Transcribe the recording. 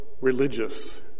religious